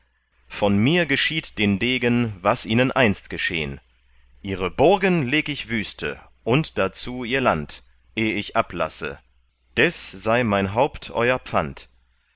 von mir geschieht den degen was ihnen einst geschehn ihre burgen leg ich wüste und dazu ihr land eh ich ablasse des sei mein haupt euer pfand